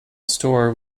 store